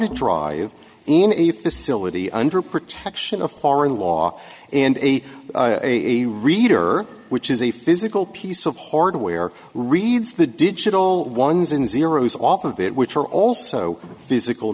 rd drive in a facility under protection of foreign law and a a a reader which is a physical piece of hardware reads the digital ones and zeroes off of it which are also physical